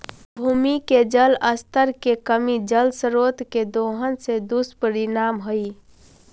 भूमि के जल स्तर के कमी जल स्रोत के दोहन के दुष्परिणाम हई